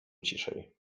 ciszej